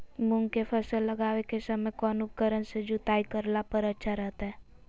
मूंग के फसल लगावे के समय कौन उपकरण से जुताई करला पर अच्छा रहतय?